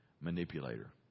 manipulator